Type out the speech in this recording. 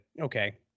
okay